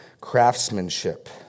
craftsmanship